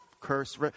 curse